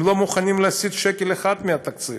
הם לא מוכנים להסיט שקל אחד מהתקציב.